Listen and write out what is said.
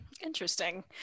Interesting